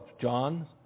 John